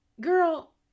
girl